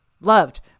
loved